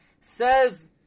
Says